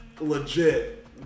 legit